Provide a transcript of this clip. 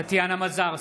טטיאנה מזרסקי,